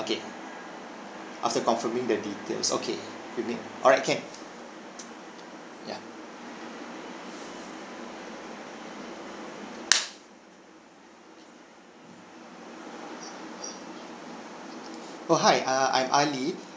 okay after confirming the details okay you made alright can ya oh hi err I'm ali